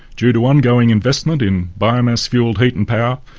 due to ongoing investment in biomass-fuelled heat and power,